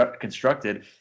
constructed